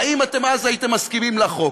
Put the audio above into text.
האם אז הייתם מסכימים לחוק?